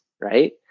right